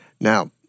Now